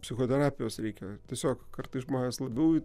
psichoterapijos reikia tiesiog kartais žmonės labiau